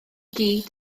gyd